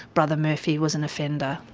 brother murphy was an offender.